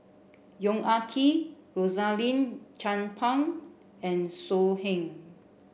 Yong Ah Kee Rosaline Chan Pang and So Heng